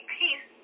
peace